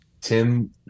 Tim